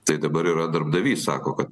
tai dabar yra darbdavys sako kad